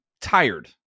tired